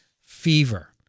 fever